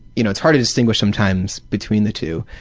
you know it's hard to distinguish sometimes between the two.